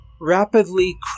rapidly